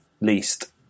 least